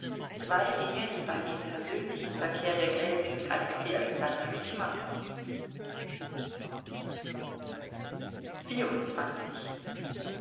zwei dinge die bei dem persönlichen verkehr der gräfin mit alexei alexandrowitsch mangelten